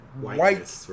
white